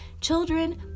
children